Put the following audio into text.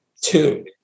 two